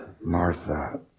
Martha